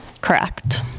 Correct